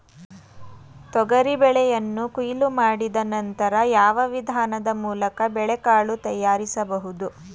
ತೊಗರಿ ಬೇಳೆಯನ್ನು ಕೊಯ್ಲು ಮಾಡಿದ ನಂತರ ಯಾವ ವಿಧಾನದ ಮೂಲಕ ಬೇಳೆಕಾಳು ತಯಾರಿಸಬಹುದು?